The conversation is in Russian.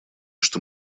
что